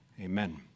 Amen